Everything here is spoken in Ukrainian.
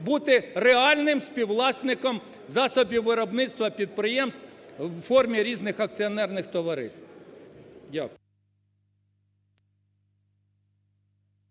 бути реальним співвласником засобів виробництва, підприємств у формі різних акціонерних товариств.